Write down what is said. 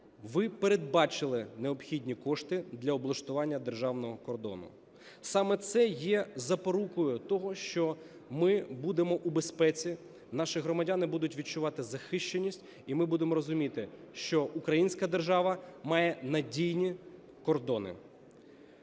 ви передбачили необхідні кошти для облаштування державного кордону. Саме це є запорукою того, що ми будемо у безпеці, наші громадяни будуть відчувати захищеність, і ми будемо розуміти, що українська держава має надійні кордони.